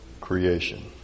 creation